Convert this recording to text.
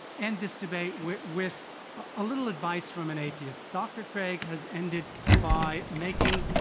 and this debate with with a little advice from an atheist. dr. craig has ended by making